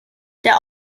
der